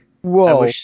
Whoa